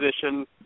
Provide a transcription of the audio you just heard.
position